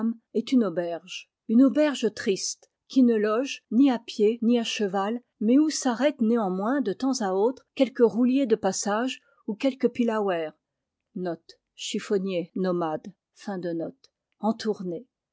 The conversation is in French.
est une auberge une auberge triste qui ne loge ni à pied ni à cheval mais où s'arrête néanmoins de temps à autre quelque roulier de passage ou quelque pillawer en tournée